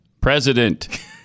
president